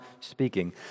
speaking